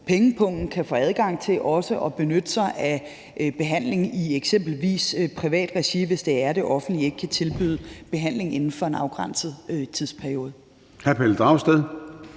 pengepungen kan få adgang til at benytte sig af behandling i eksempelvis privat regi, hvis det offentlige ikke kan tilbyde behandling inden for en afgrænset tidsperiode.